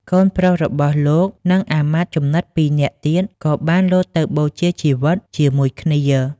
កូនប្រុសរបស់លោក និងអាមាត្យជំនិត ២ នាក់ទៀត ក៏បានលោតទៅបូជាជីវិតជាមួយគ្នា។